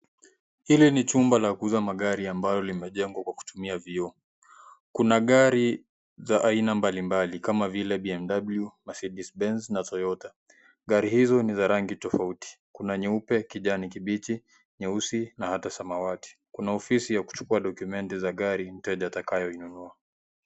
Hili ni chumba lakuuza magari ambalo limejengwa kwakutumia vioo. Kuna gari za aina mbali mbali kama Villa BMW, Mercedes-Benz, na Toyota. Gari hizo ni za rangi tofauti. Kuna Nyeupe, Kijani, Kibichi, Nyeusi, na hata Samawati. Kuna ofisi ya kuchukua document za gari mteja atakayoinunoa.